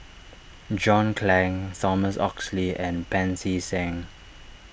John Clang Thomas Oxley and Pancy Seng